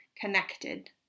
connected